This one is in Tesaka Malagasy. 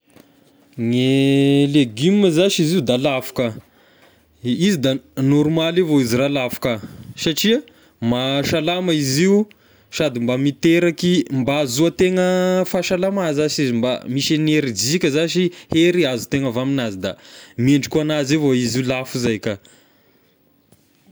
Gne legioma zashy izy io da lafo ka, izy da normaly avao izy raha lafo ka satria mahasalama izy io sady mba miteraky mba ahazoategna fahasalama zashy izy, mba misy enerjika zashy hery azo tegna avy aminazy da mendrika ho anazy avao izy io lafo zay ka.